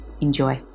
Enjoy